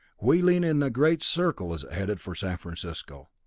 wheeling in a great circle as it headed for san francisco.